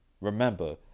Remember